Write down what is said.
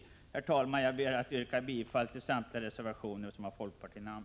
E Herr talman! Jag ber att få yrka bifall till samtliga reservationer med folkpartinamn.